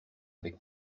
avec